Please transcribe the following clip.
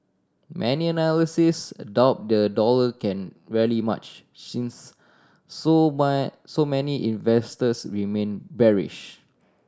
many analysts a doubt the dollar can rally much since so so many investors remain bearish